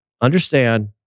understand